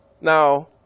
Now